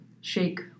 Shake